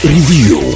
Review